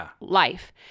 life